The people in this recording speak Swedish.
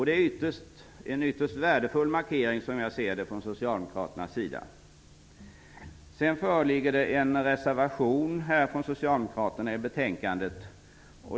Det är en ytterst värdefull markering från socialdemokraternas sida. Det finns också en reservation från socialdemokraterna i betänkandet.